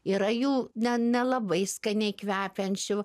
yra jų ne nelabai skaniai kvepiančių